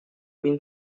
been